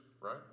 right